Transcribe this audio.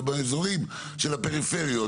ובאזורים של פריפריות,